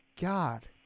god